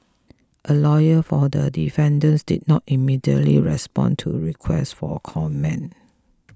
a lawyer for the defendants did not immediately respond to requests for comment